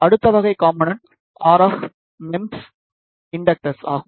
அடுத்த வகை component RF MEMS inductors ஆகும்